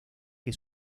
que